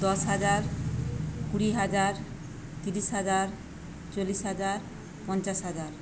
দশ হাজার কুড়ি হাজার তিরিশ হাজার চল্লিশ হাজার পঞ্চাশ হাজার